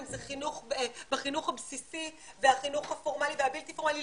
אם זה בחינוך הבסיסי והחינוך הפורמלי והבלתי פורמלי,